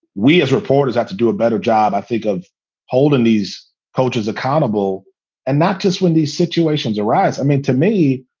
we as reporters have to do a better job, i think, of holding these coaches accountable and not just when these situations arise. i mean, to me,